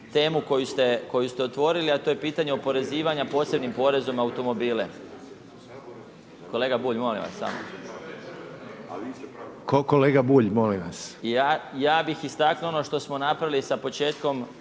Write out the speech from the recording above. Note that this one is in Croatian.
temu koju ste otvorili a to je pitanje oporezivanja posebnim porezom na automobile. …/Upadica Reiner: Kolega Bulj, molim vas./… Ja bih istaknuo ono što smo napravili sa početkom